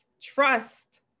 trust